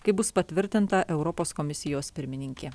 kai bus patvirtinta europos komisijos pirmininkė